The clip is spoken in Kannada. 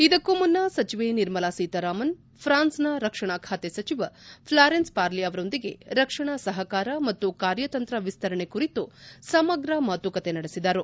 ಇದಕ್ಕೂ ಮುನ್ನ ಸಚಿವೆ ನಿರ್ಮಲಾ ಸೀತಾರಾಮನ್ ಫ್ರಾನ್ಸ್ನ ರಕ್ಷಣಾ ಖಾತೆ ಸಚಿವ ಫ್ಲಾರೆನ್ಸ್ ಪಾರ್ಲಿ ಅವರೊಂದಿಗೆ ರಕ್ಷಣಾ ಸಹಕಾರ ಮತ್ತು ಕಾರ್ಯತಂತ್ರ ವಿಸ್ತರಣೆ ಕುರಿತು ಸಮಗ್ರ ಮಾತುಕತೆ ನಡೆಸಿದರು